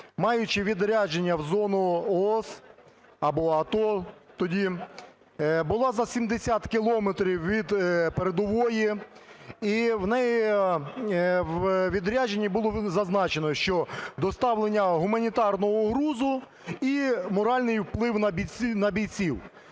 маючи відрядження в зону ООС або АТО тоді, була за 70 кілометрів від передової, і в неї у відрядженні було зазначено, що доставлення гуманітарного грузу і моральний вплив на бійців.